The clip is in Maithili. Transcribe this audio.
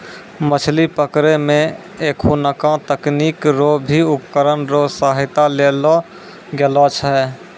मछली पकड़ै मे एखुनको तकनीकी रो भी उपकरण रो सहायता लेलो गेलो छै